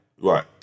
right